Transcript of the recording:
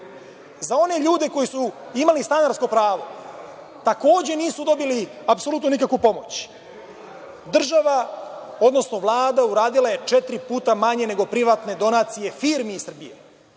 one ljude koji su imali stanarsko pravo, takođe, nisu dobili nikakvu pomoć. Država, odnosno Vlada uradila je četiri puta manje nego privatne donacije firmi iz Srbije.